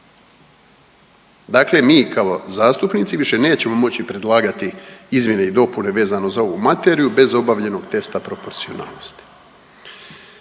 Dakle, mi kao zastupnici više nećemo moći predlagati izmjene i dopune vezano za ovu materiju bez obavljenog testa proporcionalnosti.